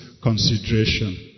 consideration